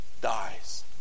dies